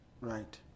right